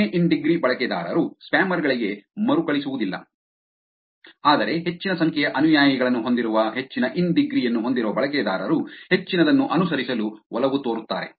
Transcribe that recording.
ಕಡಿಮೆ in degree ಬಳಕೆದಾರರು spammer ಗಳಿಗೆ ಮರುಕಳಿಸುವುದಿಲ್ಲ ಆದರೆ ಹೆಚ್ಚಿನ ಸಂಖ್ಯೆಯ ಅನುಯಾಯಿಗಳನ್ನು ಹೊಂದಿರುವ ಹೆಚ್ಚಿನ ಇನ್ ಡಿಗ್ರಿ ಯನ್ನು ಹೊಂದಿರುವ ಬಳಕೆದಾರರು ಹೆಚ್ಚಿನದನ್ನು ಅನುಸರಿಸಲು ಒಲವು ತೋರುತ್ತಾರೆ